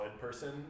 person